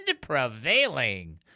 prevailing